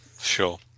sure